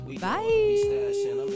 Bye